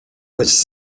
was